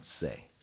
say